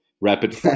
rapid